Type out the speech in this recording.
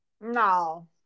No